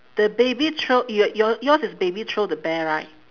the baby throw your your yours is baby throw the bear right